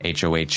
hoh